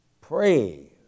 pray